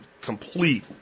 complete